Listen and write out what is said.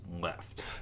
left